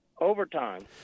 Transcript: Overtime